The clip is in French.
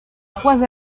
trois